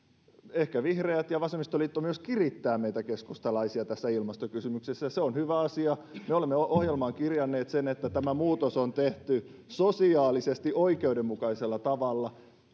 ehkä vihreät ja vasemmistoliitto myös kirittävät meitä keskustalaisia tässä ilmastokysymyksessä se on hyvä asia me olemme ohjelmaan kirjanneet että tämä muutos on tehty sosiaalisesti oikeudenmukaisella tavalla